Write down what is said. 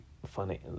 funny